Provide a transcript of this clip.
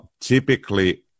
typically